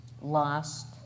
Lost